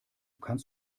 kannst